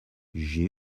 j’ai